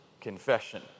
confession